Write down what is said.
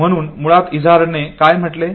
म्हणून मुळात इझार्डने काय म्हटले